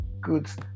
goods